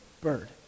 bird